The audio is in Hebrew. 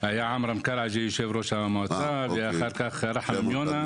היה עמרם קלאג'י יושב-ראש המועצה ואחר כך רחמים יוני,